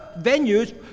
venues